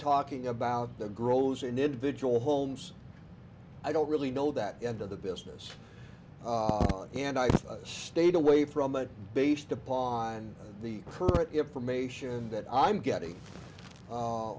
talking about that grows in individual homes i don't really know that end of the business and i stayed away from it based upon the current information that i'm getting